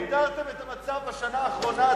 כמה דרדרתם את המצב בשנה האחרונה?